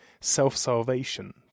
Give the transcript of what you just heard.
self-salvation